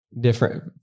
different